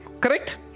Correct